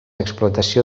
explotació